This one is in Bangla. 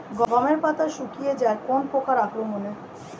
গমের পাতা শুকিয়ে যায় কোন পোকার আক্রমনে?